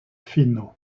fino